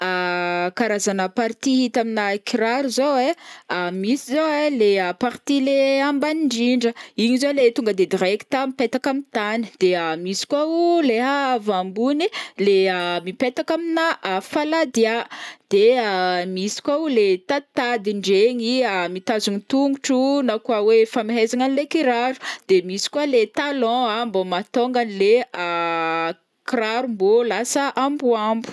Karazana partie hita amina kiraro zao ai, misy zao ai le partie le ambany indrindra, iny zao le tonga de direct mipetaka amy tany, de misy koa o leha avy ambony leha mipetaka amina faladia, de misy koa o le taditadiny ndregny mitazogno tongotro na koa hoe famehezana anilay kiraro, de misy koa le talon a mbô mahatonga anle kiraro mbô lasa amboambo.